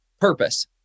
Purpose